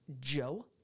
Joe